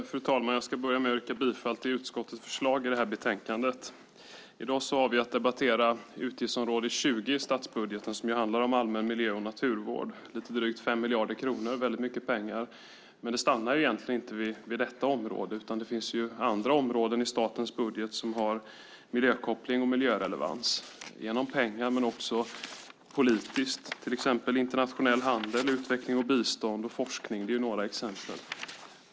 Fru talman! Jag ska börja med att yrka bifall till utskottets förslag i betänkandet. Nu har vi att debattera utgiftsområde 20 i statsbudgeten som handlar om allmän miljö och naturvård, lite drygt 5 miljarder kronor. Det är väldigt mycket pengar. Men det stannar egentligen inte vid detta område, utan det finns andra områden i statens budget som har miljökoppling och miljörelevans genom pengar men också politiskt, till exempel internationell handel, utveckling och bistånd, forskning, för att ge några exempel.